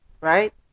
right